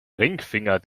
ringfinger